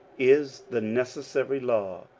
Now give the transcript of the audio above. is the neces sary law,